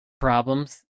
problems